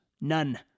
None